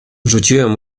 rzuciłem